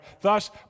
Thus